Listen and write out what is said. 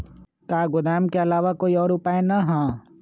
का गोदाम के आलावा कोई और उपाय न ह?